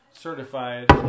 certified